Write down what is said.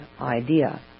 idea